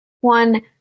One